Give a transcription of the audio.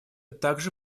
также